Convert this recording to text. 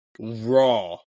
raw